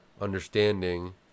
understanding